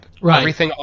right